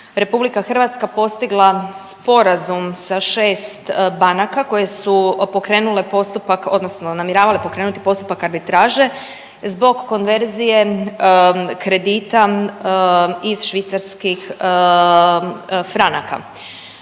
sa 6 banaka koje su pokrenule postupak odnosno namjeravale pokrenuti postupak arbitraže zbog konverzije kredita iz švicarskih franaka.